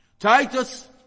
Titus